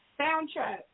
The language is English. soundtrack